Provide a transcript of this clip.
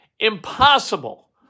Impossible